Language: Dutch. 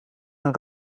een